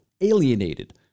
alienated